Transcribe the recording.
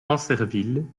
ancerville